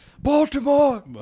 Baltimore